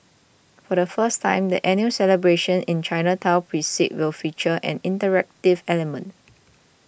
for the first time the annual celebrations in the Chinatown precinct will feature an interactive element